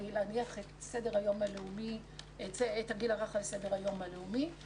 להניח את הגיל הרך על סדר היום הלאומי.